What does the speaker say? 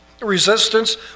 resistance